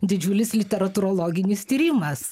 didžiulis literatūrologinis tyrimas